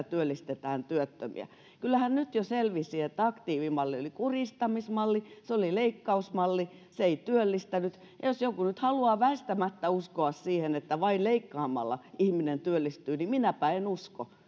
työllistetään työttömiä kyllähän nyt jo selvisi että aktiivimalli oli kurjistamismalli se oli leikkausmalli se ei työllistänyt ja ja jos joku nyt haluaakin väistämättä uskoa siihen että vain leikkaamalla ihminen työllistyy niin minäpä en usko